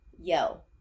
yo